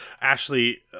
Ashley